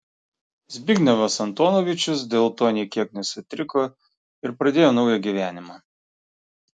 zbignevas antonovičius dėl to nė kiek nesutriko ir pradėjo naują gyvenimą